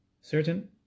certain